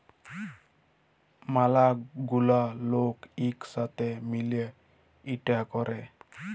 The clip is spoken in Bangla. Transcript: ম্যালা গুলা লক ইক সাথে মিলে ইটা ক্যরে